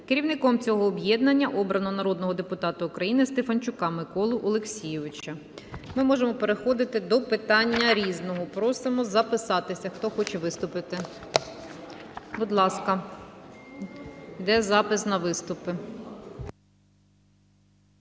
Керівником цього об'єднання обрано народного депутата України Стефанчука Миколу Олексійовича. Ми можемо переходити до питання "Різне". Просимо записатися, хто хоче виступити. Будь ласка, йде запис на виступи.